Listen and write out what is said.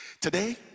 today